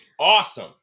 awesome